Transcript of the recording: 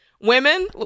Women